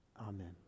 Amen